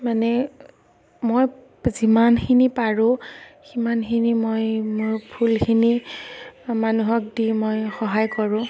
মানে মই যিমানখিনি পাৰোঁ সিমানখিনি মই মোৰ ফুলখিনি মানুহক দি মই সহায় কৰোঁ